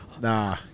Nah